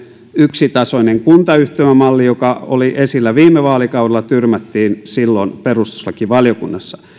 yksitasoinen kuntayhtymämalli joka oli esillä viime vaalikaudella tyrmättiin silloin perustuslakivaliokunnassa